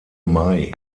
mai